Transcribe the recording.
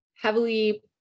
heavily